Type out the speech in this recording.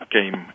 game